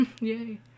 Yay